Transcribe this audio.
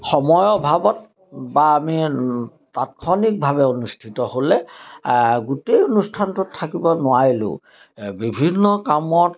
সময়ৰ অভাৱত বা আমি তাৎক্ষণিকভাৱে অনুষ্ঠিত হ'লে গোটেই অনুষ্ঠানটোত থাকিব নোৱাৰিলেও বিভিন্ন কামত